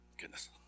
Goodness